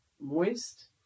moist